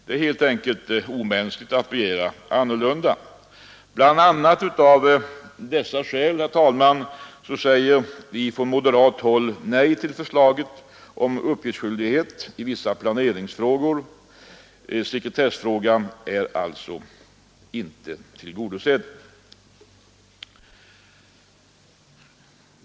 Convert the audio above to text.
Det är helt enkelt omänskligt att begära något annat. Det är bl.a. av dessa skäl, herr talman, som vi från moderat håll säger nej till förslaget om uppgiftskyldighet i vissa planeringsfrågor. Sekretesskravet är alltså inte tillgodosett.